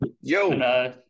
Yo